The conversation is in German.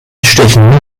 stechen